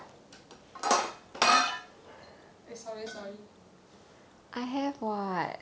eh sorry sorry